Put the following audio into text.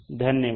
धन्यवाद